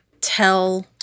tell